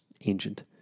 ancient